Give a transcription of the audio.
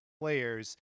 players